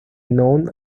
known